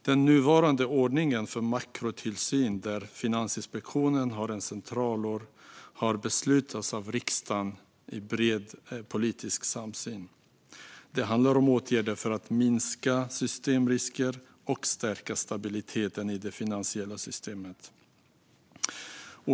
Den nuvarande ordningen för makrotillsyn, där Finansinspektionen har en central roll, har beslutats av riksdagen i bred politisk samsyn. Det handlar om åtgärder för att minska systemrisker och stärka stabiliteten i det finansiella systemet.